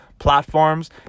platforms